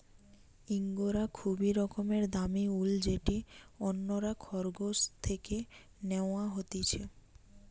ইঙ্গরা খুবই রকমের দামি উল যেটি অন্যরা খরগোশ থেকে ন্যাওয়া হতিছে